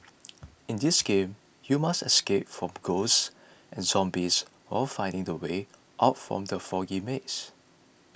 in this game you must escape from ghosts and zombies while finding the way out from the foggy maze